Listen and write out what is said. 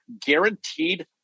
guaranteed